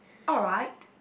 alright